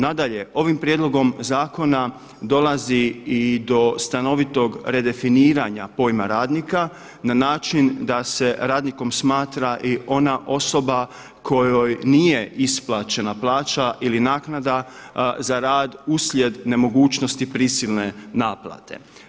Nadalje, ovim prijedlogom zakona dolazi i do stanovitog redefiniranja pojma radnika na način da se radnikom smatra i ona osoba kojoj nije isplaćena plaća ili naknada za rad uslijed nemogućnosti prisilne naplate.